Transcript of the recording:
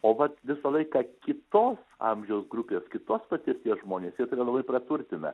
o vat visą laiką kitos amžiaus grupės kitos patirties žmonės jie tave labai praturtina